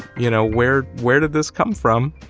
you know, where where did this come from?